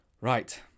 Right